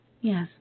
Yes